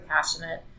passionate